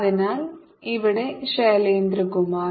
അതിനാൽ ഇവിടെ ശൈലേന്ദ്ര കുമാർ